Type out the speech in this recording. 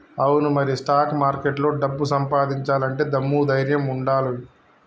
అవును మరి స్టాక్ మార్కెట్లో డబ్బు సంపాదించాలంటే దమ్ము ధైర్యం ఉండానోయ్